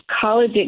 college